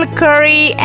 curry